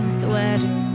sweater